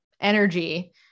energy